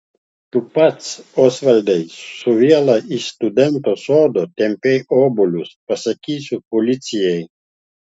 tu pats osvaldai su viela iš studento sodo tempei obuolius pasakysiu policijai